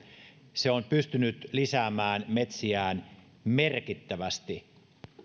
se on pystynyt lisäämään metsiään merkittävästi